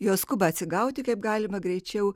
jos skuba atsigauti kaip galima greičiau